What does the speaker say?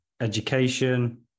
education